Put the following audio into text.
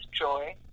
Joy